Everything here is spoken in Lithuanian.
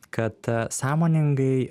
kad sąmoningai